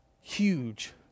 huge